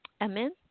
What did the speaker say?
Amen